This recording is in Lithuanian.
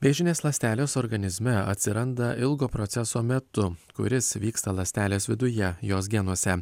vėžinės ląstelės organizme atsiranda ilgo proceso metu kuris vyksta ląstelės viduje jos genuose